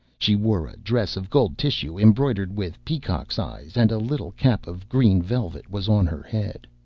she wore a dress of gold tissue embroidered with peacocks' eyes, and a little cap of green velvet was on her head.